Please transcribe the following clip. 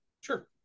Sure